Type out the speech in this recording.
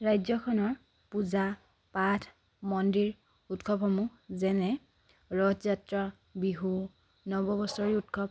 ৰাজ্যখনৰ পূজা পাঠ মন্দিৰ উৎসৱসমূহ যেনে ৰথ যাত্ৰা বিহু নৱ বছৰৰ উৎসৱ